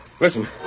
Listen